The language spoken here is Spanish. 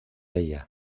ella